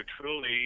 truly